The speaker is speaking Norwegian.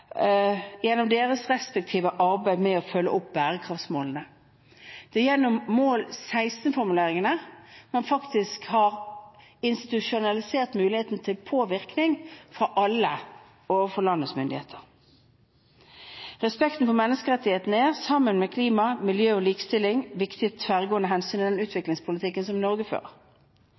gjennom deres respektive arbeid med å følge opp bærekraftsmålene. Det er gjennom mål 16-formuleringene man faktisk har institusjonalisert muligheten til påvirkning for alle overfor landets myndigheter. Respekten for menneskerettighetene er, sammen med klima, miljø og likestilling, viktige tverrgående hensyn i den